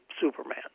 Superman